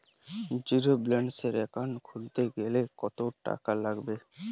জিরোব্যেলেন্সের একাউন্ট খুলতে কত টাকা লাগবে?